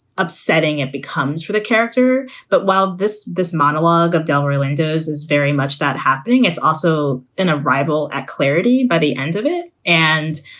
upsetting it becomes for the character. but while this this monologue, abdullah windows, is very much that happening, it's also an arrival at clarity by the end of it. and,